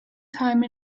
time